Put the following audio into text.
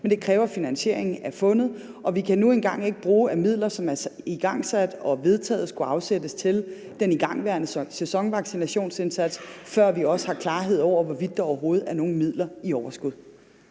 men det kræver, at finansieringen er fundet. Vi kan nu engang ikke bruge af midler, som vi har vedtaget og igangsat til den igangværende sæsonvaccinationsindsats, før vi også har klarhed over, hvorvidt der overhovedet er nogen midler i overskud.